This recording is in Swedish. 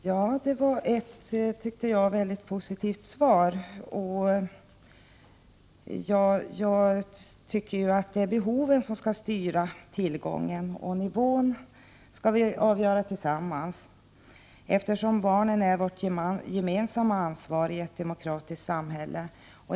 Herr talman! Det var ett mycket positivt svar. Jag tycker att det är behoven som skall styra tillgången, och nivån skall vi avgöra tillsammans, eftersom barnen är vårt gemensamma ansvar i ett demokratiskt samhälle.